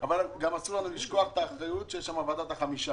אבל גם אסור לנו לשכוח את האחריות של ועדת החמישה